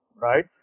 right